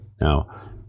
Now